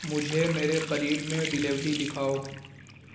مجھے میرے قریب میں ڈیلیوری دکھاؤ